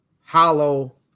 Hollow